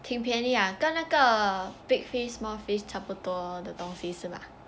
挺便宜 ah 跟那个 Big Fish Small Fish 差不多的东西是 mah